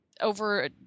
over